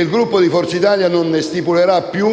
il Gruppo di Forza Italia non stipulerà più